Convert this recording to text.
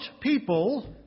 people